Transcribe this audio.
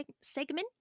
segment